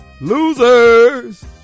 losers